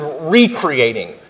recreating